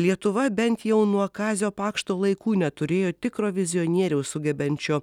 lietuva bent jau nuo kazio pakšto laikų neturėjo tikro vizionieriaus sugebančio